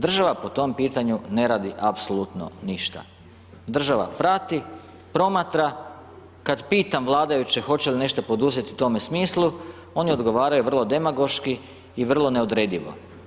Država po tom pitanju ne radi apsolutno ništa, država prati, promatra, kad pitam vladajuće hoće li nešto poduzeti u tome smislu, oni odgovaraju vrlo demagoški i vrlo neodredivo.